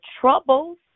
troubles